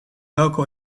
welke